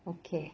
okay